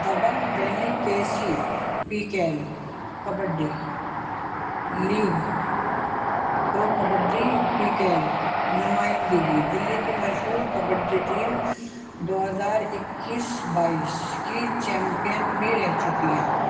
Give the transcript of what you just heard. دبنگ Delhi K C پیکل kabaddi league pro kabaddi پیکل نمائندگی دلی کی مشہور کبڈی ٹیم دو ہزار اکیس بائیس کی چیمپئین بھی رہ چکی ہیں